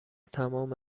تمام